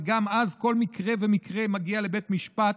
וגם אז כל מקרה ומקרה מגיע לבית משפט,